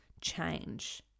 change